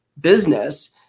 business